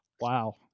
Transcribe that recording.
Wow